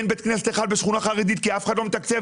שאין בית כנסת אחד בשכונה חרדית כי אף אחד לא מתקצב,